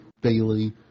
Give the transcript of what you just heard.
Bailey